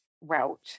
route